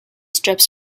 strips